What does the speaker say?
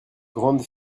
grande